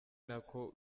nako